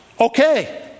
Okay